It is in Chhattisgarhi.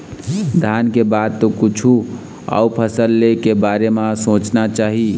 धान के बाद तो कछु अउ फसल ले के बारे म सोचना चाही